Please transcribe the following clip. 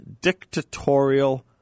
dictatorial